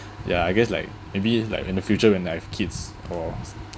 ya I guess like maybe it's like in the future when I have kids or